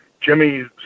Jimmy